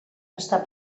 està